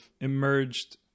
emerged